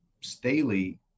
Staley